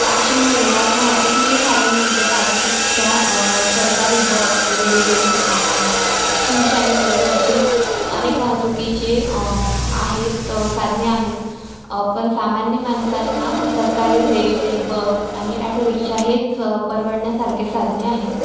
वाशिम जिल्ह्यात वाहतुकीचे साधन म्हणजे अॅटोरिक्षा सरकारी बस रेल्वे शि शिवशाही वगैरे असे अनेक वाहतुकीचे आहेत साधने आहेत पण सामान्य माणसांना सरकारी रेल्वे बस आणि अॅटोरिक्षा हेच परवडण्यासारखे साधने आहेत